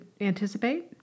anticipate